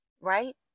right